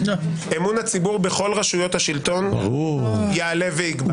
אמון הציבור בכל רשויות השלטון יעלה ויגבר.